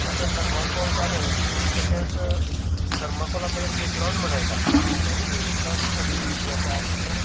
आतां थरमाकोल जालें तशेंच थरमाकोला बदलेन हिटलोन म्हण येयला तेंय बी हिटलोन अशी स्थिती आसा की